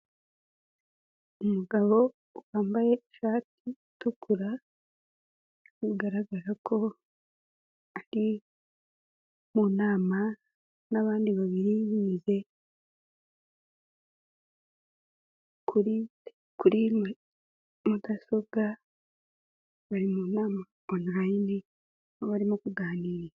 Umugabo wambaye ishati itukura bigaragara ko ari mu nama n'abandi babiri. Kuri mudasobwa bari mu nama onulayini niho barimo kuganirira.